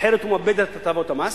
אחרת הוא מאבד את הטבות המס,